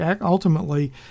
ultimately